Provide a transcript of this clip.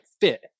fit